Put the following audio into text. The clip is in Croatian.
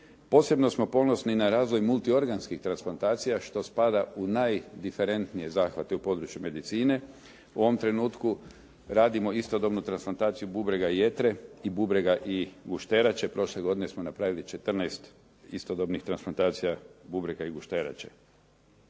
Posebno smo ponosni na razvoj multiorganskih transplantacija što spada u najdiferentnije zahvate u području medicine. U ovom trenutku radimo istodobnu transplantaciju bubrega i jetre, i bubrega i gušterače. Prošle godine smo napravili 14 istodobnih transplantacija bubrega i gušterače.